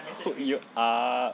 should be err